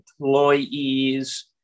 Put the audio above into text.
employees